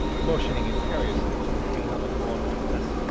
motioning imperiously to the cane on the floor between us.